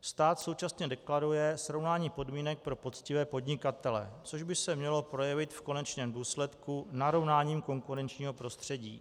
Stát současně deklaruje srovnání podmínek pro poctivé podnikatele, což by se mělo projevit v konečném důsledku narovnáním konkurenčního prostředí.